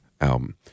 album